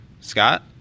Scott